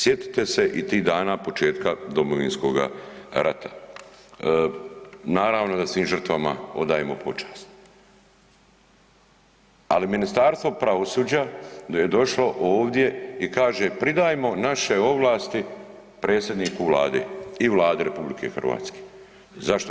Sjetite se i tih dana početka Domovinskoga rata, naravno da svim žrtvama odajemo počast, ali Ministarstvo pravosuđa da je došlo ovdje i kaže pridajmo naše ovlasti predsjedniku Vlade i Vladi RH. zašto?